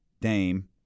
Dame